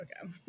okay